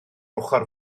ochr